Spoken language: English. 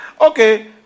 Okay